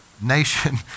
nation